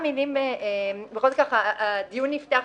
הדיון נפתח